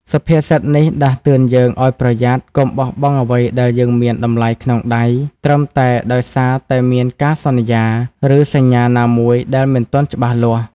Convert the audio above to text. សុភាសិតនេះដាស់តឿនយើងឲ្យប្រយ័ត្ន កុំបោះបង់អ្វីដែលយើងមានតម្លៃក្នុងដៃ ត្រឹមតែដោយសារតែមានការសន្យា ឬសញ្ញាណាមួយដែលមិនទាន់ច្បាស់លាស់។